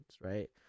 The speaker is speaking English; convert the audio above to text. right